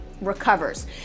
recovers